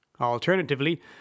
Alternatively